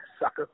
sucker